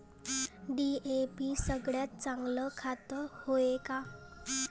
DAP सगळ्यात चांगलं खत हाये का?